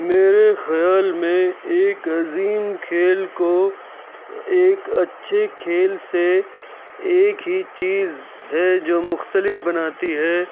میرے خیال میں ایک عظیم کھیل کو ایک اچھے کھیل سے ایک ہی چیز ہے جو مختلف بناتی ہے